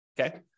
okay